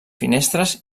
finestres